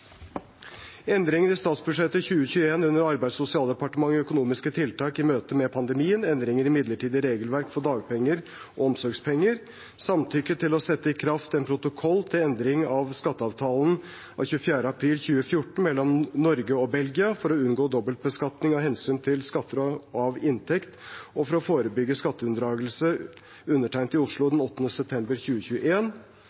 Endringer i statsbudsjettet 2021 under Arbeids- og sosialdepartementet (Prop. 243 S Samtykke til å sette i kraft en protokoll til endring av skatteavtalen av 24. april 2014 mellom Norge og Belgia for å unngå dobbeltbeskatning med hensyn til skatter av inntekt og for å forebygge skatteunndragelse, undertegnet i Oslo